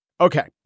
Okay